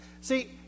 See